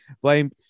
Blame